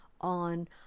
on